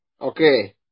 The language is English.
okay